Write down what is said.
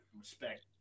respect